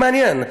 לא מעניין.